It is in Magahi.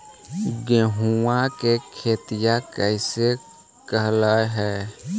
गेहूआ के खेती कैसे कैलहो हे?